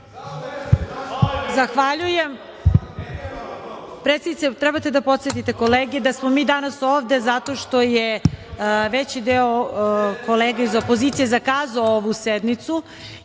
Jevđić** Predsednice, trebate da podsetite kolege da smo mi danas ovde zato što je veći deo kolega iz opozicije zakazao ovu sednicu